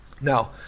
Now